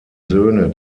söhne